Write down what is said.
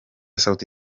sauti